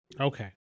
Okay